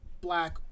black